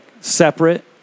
separate